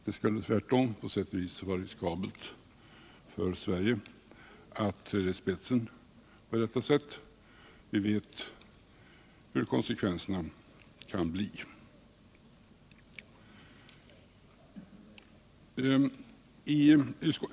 Det skulle tvärtom på sätt och vis vara riskabelt för Sverige att på detta sätt träda i spetsen. Vi vet hur konsekvenserna kan bli.